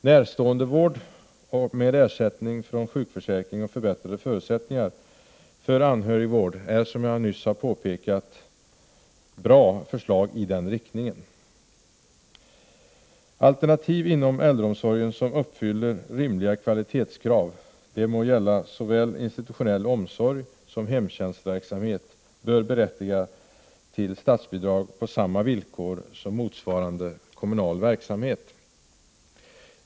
Närståendevård med ersättning från sjukförsäkringen och förbättrade förutsättningar för anhörigvård är, som jag nyss har påpekat, bra förslag i den riktningen. Alternativ inom äldreomsorgen som uppfyller rimliga kvalitetskrav, det må gälla såväl institutionell omsorg som hemtjänstverksamhet, bör berättiga till statsbidrag på samma villkor som motsvarande kommunal verksamhet.